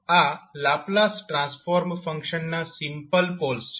આ Laplace transform ફંક્શનના simple poles છે